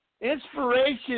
inspiration